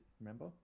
remember